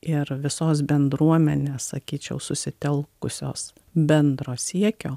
ir visos bendruomenės sakyčiau susitelkusios bendro siekio